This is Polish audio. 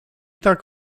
tak